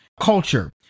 culture